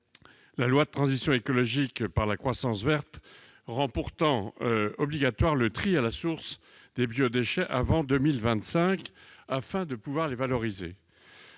La loi de transition énergétique pour la croissance verte rend pourtant obligatoire le tri à la source des biodéchets avant 2025 ; ce tri est